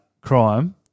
crime